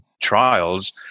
trials